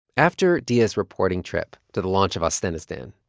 after diaa's reporting trip to the launch of austenistan,